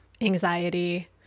anxiety